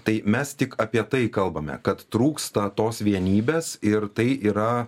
tai mes tik apie tai kalbame kad trūksta tos vienybės ir tai yra